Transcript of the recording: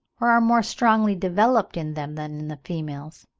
or are more strongly developed in them than in the females.